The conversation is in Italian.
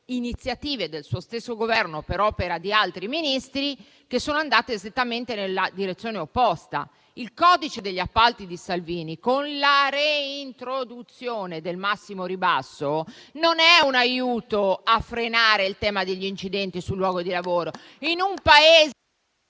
iniziative del suo stesso Governo, per opera di altri Ministri, che sono andate esattamente nella direzione opposta. Il codice degli appalti di Salvini, con la reintroduzione del massimo ribasso, non è un aiuto a frenare il tema degli incidenti sul luogo di lavoro.